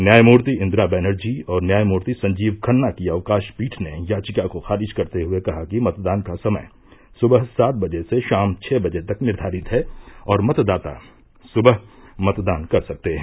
न्यायमूर्ति इंदिरा बैनर्जी और न्यायमूर्ति संजीव खन्ना की अवकाश पीठ ने याचिका को खारिज करते हुए कहा कि मतदान का समय सुबह सात बजे से शाम छह बजे तक निर्धारित है और मतदाता सुबह मतदान कर सकते हैं